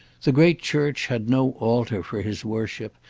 the great church had no altar for his worship,